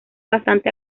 bastante